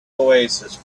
oasis